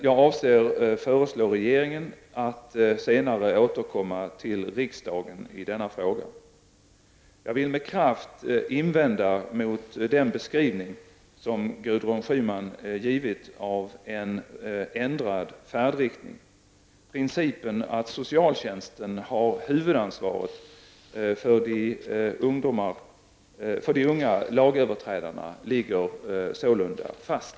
Jag avser att föreslå regeringen att senare återkomma till riksdagen i denna fråga. Jag vill med kraft invända mot den beskrivning som Gudrun Schyman givit av en ändrad färdriktning. Principen att socialtjänsten har huvudansvaret för de unga lagöverträdarna ligger sålunda fast.